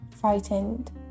frightened